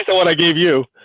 so what i gave you